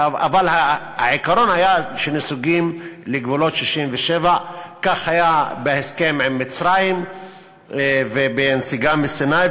אבל העיקרון היה שנסוגים לגבולות 67'. כך היה בהסכם עם מצרים ובנסיגה מסיני,